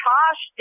Tosh